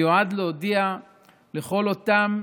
מיועד להודיע לכל אותם